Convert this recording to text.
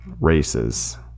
races